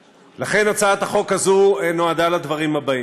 לכן, הצעת החוק הזאת נועדה לדברים האלה: